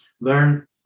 learn